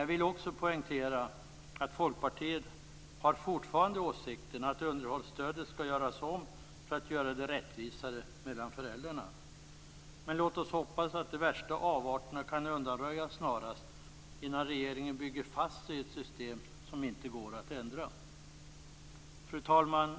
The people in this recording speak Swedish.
Jag vill också poängtera att Folkpartiet fortfarande har åsikten att underhållsstödet skall göras om för att göra det rättvisare mellan föräldrarna. Men låt oss hoppas att de värsta avarterna kan undanröjas snarast innan regeringen bygger fast sig i ett system som inte går att ändra. Fru talman!